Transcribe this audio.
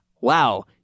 wow